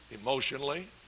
emotionally